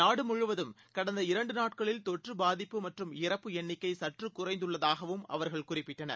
நாடு முழுவதும் கடந்த இரண்டு நாட்களில் தொற்று பாதிப்பு மற்றம் இறப்பு எண்ணிக்கை சற்று குறைந்துள்ளதாகவும் அவர்கள் குறிப்பிட்டனர்